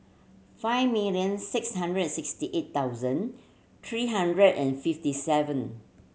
five million six hundred and sixty eight thousand three hundred and fifty seven